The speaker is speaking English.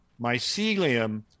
mycelium